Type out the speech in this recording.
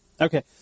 Okay